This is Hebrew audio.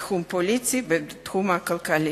בתחום הפוליטי ובתחום הכלכלי.